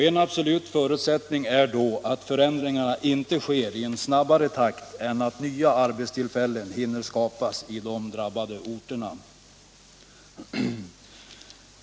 En absolut förutsättning är då att förändringarna inte sker i snabbare takt än att nya arbetstillfällen hinner skapas i de drabbade orterna.